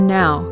now